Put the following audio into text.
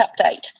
update